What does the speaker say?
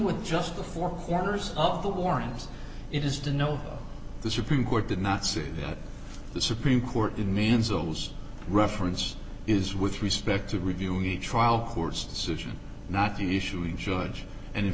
with just the four corners of the warrant it is to know the supreme court did not say that the supreme court in mansell's reference is with respect to reviewing the trial court's decision not to issue a judge and in